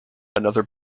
another